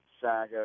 saga